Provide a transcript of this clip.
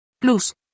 Plus